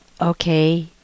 Okay